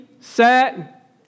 set